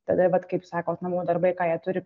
tada vat kaip sakot namų darbai ką jie turi